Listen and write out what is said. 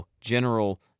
general